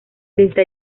desde